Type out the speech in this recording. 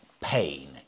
pain